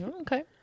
okay